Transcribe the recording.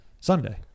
Sunday